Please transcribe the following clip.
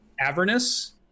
Avernus